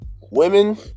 Women